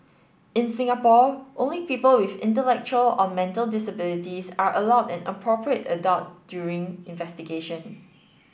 in Singapore only people with intellectual or mental disabilities are allowed an appropriate adult during investigation